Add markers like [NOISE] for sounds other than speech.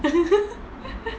[LAUGHS]